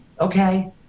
Okay